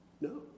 No